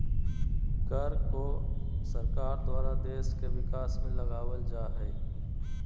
कर को सरकार द्वारा देश के विकास में लगावल जा हय